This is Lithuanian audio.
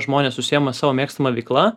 žmonės užsiima savo mėgstama veikla